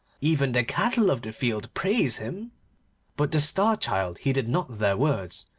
even the cattle of the field praise him but the star-child heeded not their words,